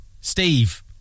steve